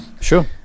sure